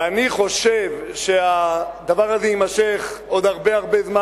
ואני חושב שהדבר הזה יימשך עוד הרבה זמן,